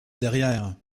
derrière